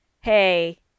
Hey